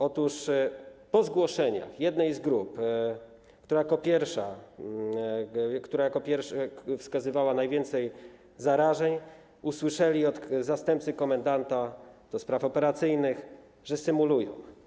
Otóż po zgłoszeniach jednej z grup, która jako pierwsza wskazywała najwięcej zarażeń, usłyszeli oni od zastępcy komendanta do spraw operacyjnych, że symulują.